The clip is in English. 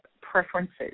preferences